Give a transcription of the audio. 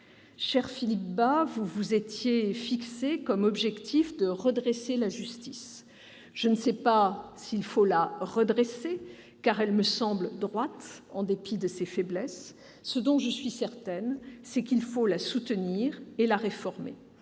Cher Philippe Bas, vous vous étiez fixé comme objectif de « redresser » la justice. Je ne sais pas s'il faut la redresser, car elle me semble droite, en dépit de ses faiblesses ; ce dont je suis certaine, c'est qu'il faut la soutenir et la réformer.